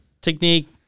technique